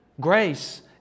Grace